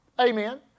Amen